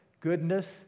goodness